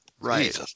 right